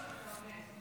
עכשיו אתה עולה?